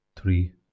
Three